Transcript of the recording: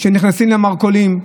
שנכנסים למרכולים,